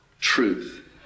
truth